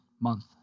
month